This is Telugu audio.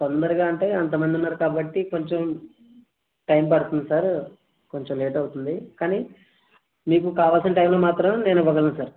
తొందరగా అంటే అంత మంది ఉన్నారు కాబట్టి కొంచెం టైం పడుతుంది సార్ కొంచెం లేట్ అవుతుంది కానీ మీకు కావలసిన టైములో మాత్రం నేను ఇవ్వగలను సార్